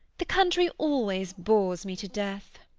the country always bores me to death.